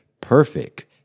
perfect